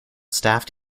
staffed